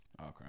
Okay